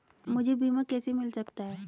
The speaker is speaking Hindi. मुझे बीमा कैसे मिल सकता है?